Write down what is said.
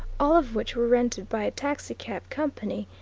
all of which were rented by a taxicab company,